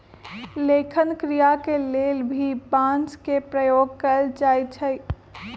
लेखन क्रिया के लेल भी बांस के प्रयोग कैल जाई छई